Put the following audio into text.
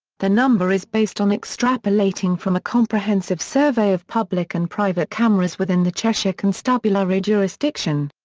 the number is based on extrapolating from a comprehensive survey of public and private cameras within the cheshire constabulary jurisdiction.